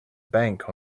bank